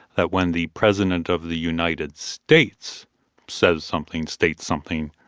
that when the president of the united states says something, states something,